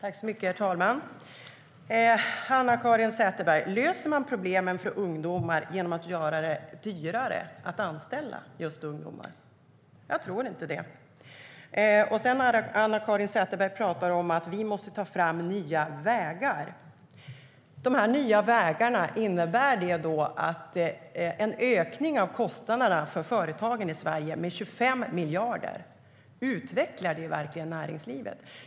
Herr ålderspresident! Löser man problemen för ungdomar, Anna-Caren Sätherberg, genom att göra det dyrare att anställa just ungdomar? Jag tror inte det. Anna-Caren Sätherberg talar om att vi måste ta fram nya vägar. Innebär dessa nya vägar en ökning av kostnaderna för företagen i Sverige med 25 miljarder? Utvecklar det verkligen näringslivet?